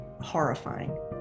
horrifying